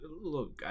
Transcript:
look